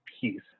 peace